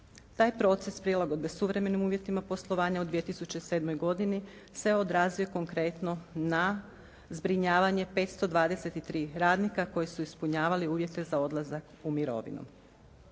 Taj proces prilagodbe suvremenim uvjetima poslovanja u 2007. godini se odrazio konkretno na zbrinjavanje 523 radnika koji su ispunjavali uvjete za odlazak u mirovinu